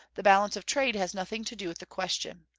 the balance of trade has nothing to do with the question.